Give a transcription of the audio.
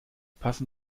passen